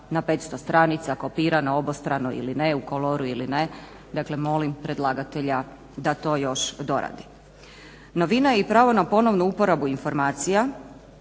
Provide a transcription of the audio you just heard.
na 500 stranica, kopirana obostrano, ili ne, u koloru ili ne, dakle molim predlagatelja da to još doradi. Novina je i pravo na ponovnu uporabu informacija